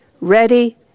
ready